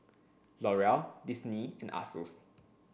L'Oreal Disney and Asus